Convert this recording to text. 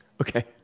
Okay